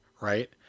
right